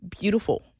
beautiful